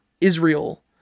Israel